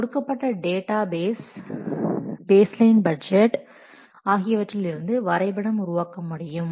கொடுக்கப்பட்ட data base line budget ஆகியவற்றில் இருந்து வரைபடம் உருவாக்க முடியும்